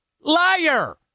Liar